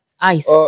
Ice